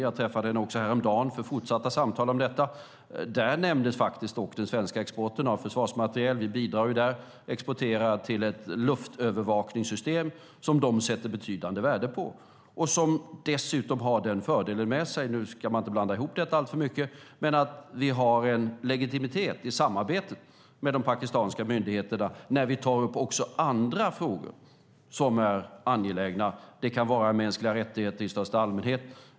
Jag träffade henne också häromdagen för fortsatta samtal. Där nämndes också den svenska exporten av försvarsmateriel. Vi bidrar där och exporterar till ett luftövervakningssystem som de sätter betydande värde på. Det har dessutom den fördelen - nu ska man inte blanda ihop detta alltför mycket - att vi har en legitimitet i samarbetet med de pakistanska myndigheterna när vi tar upp också andra frågor som är angelägna. Det kan vara mänskliga rättigheter i största allmänhet.